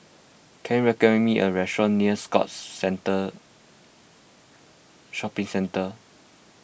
can you recommend me a restaurant near Scotts Centre Shopping Centre